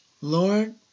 Lord